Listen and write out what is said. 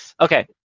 Okay